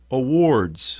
awards